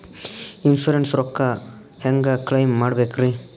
Insurance ರೊಕ್ಕ ಹೆಂಗ claim ಮಾಡ್ಬೇಕ್ರಿ?